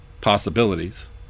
possibilities